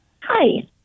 Hi